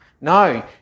No